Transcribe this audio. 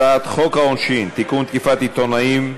הצעת חוק העונשין (תיקון, תקיפת עיתונאים),